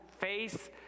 face